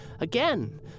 again